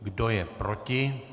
Kdo je proti?